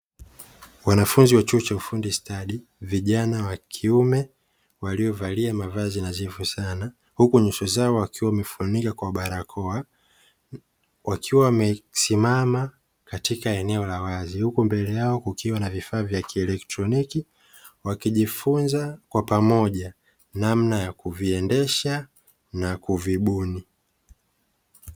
Wanafunzi wa chuo cha ufundi stadi vijana wa kiume waliovalia mavazi nadhifu sana, huku nyuso zao wakiwa wamefunika kwa barakoa; wakiwa wamesimama katika eneo la wazi, huku mbele yao kukiwa na vifaa vya kielektroniki, wakijifunza kwa pamoja namna ya kuviendesha na kuvibuni.